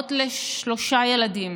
אימהות לשלושה ילדים